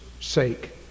sake